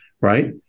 Right